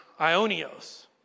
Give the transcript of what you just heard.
ionios